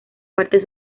parte